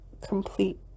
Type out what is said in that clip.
complete